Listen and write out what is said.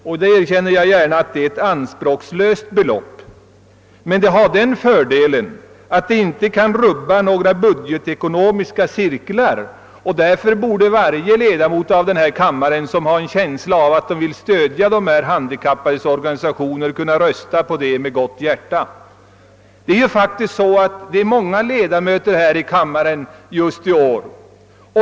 Jag erkänner gärna att det är en anspråkslös summa, men den har den fördelen att den inte kan rubba några budgetmässiga cirklar, och därför borde varje ledamot som har en känsla av att han vill stödja de handikappades organisationer kunna rösta på vårt förslag med gott hjärta. Det finns många nya ledamöter här i kammaren i år.